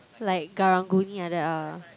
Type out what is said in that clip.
like Karang-Guni like that ah